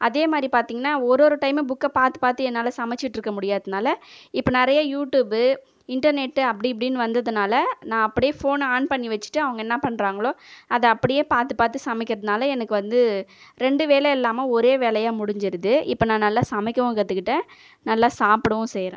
அதே மாதிரி பார்த்திங்கனா ஒரு ஒரு டைமு புக்கை பார்த்து பார்த்து என்னால் சமைச்சிட்டிருக்க முடியாததுனால இப்போ நிறைய யூடூபு இன்டர்நெட்டு அப்படி இப்படின்னு வந்ததுனால நான் அப்படியே ஃபோனை ஆன் பண்ணி வெச்சிட்டு அவங்க என்ன பண்ணுறாங்களோ அதை அப்படியே பார்த்து பார்த்து சமைக்கிறதுனால எனக்கு வந்து ரெண்டு வேலை இல்லாமல் ஒரே வேலையா முடிஞ்சுடுது இப்போ நான் நல்லா சமைக்கவும் கத்துக்கிட்டேன் நல்லா சாப்பிடவும் செய்றேன்